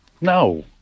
No